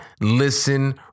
listen